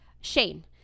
Shane